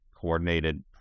coordinated